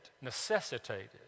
necessitated